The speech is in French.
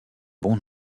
bon